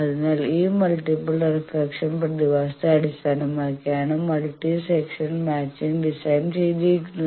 അതിനാൽ ഈ multiple reflection പ്രതിഭാസത്തെ അടിസ്ഥാനമാക്കിയാണ് മൾട്ടി സെക്ഷൻ മാച്ചിങ് ഡിസൈൻ ചെയ്തിരിക്കുന്നത്